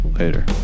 later